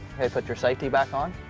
okay, put your safety back on.